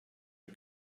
are